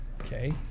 Okay